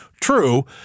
True